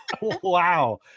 Wow